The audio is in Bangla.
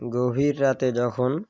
গভীর রাতে যখন